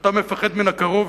שאתה מפחד מן הקרוב,